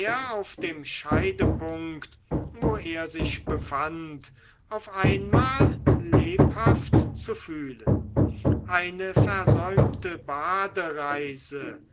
auf dem scheidepunkt wo er sich befand auf einmal lebhaft zu fühlen eine versäumte